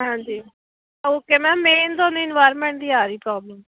ਹਾਂਜੀ okay ma'am ਮੇਨ ਤੁਹਾਨੂੰ ਇਨਵਾਇਰਮੈਂਟ ਦੀ ਆ ਰਹੀ ਪ੍ਰੋਬਲਮ